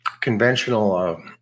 conventional